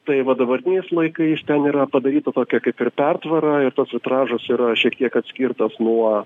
tai va dabartiniais laikais ten yra padaryta tokia kaip ir pertvara ir tas vitražas yra šiek tiek atskirtas nuo